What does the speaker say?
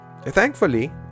Thankfully